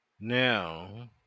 Now